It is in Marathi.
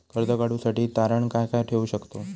कर्ज काढूसाठी तारण काय काय ठेवू शकतव?